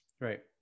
right